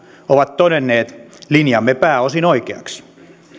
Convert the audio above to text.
ovat todenneet linjamme pääosin oikeaksi